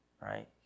right